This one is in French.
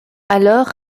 alors